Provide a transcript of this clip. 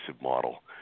model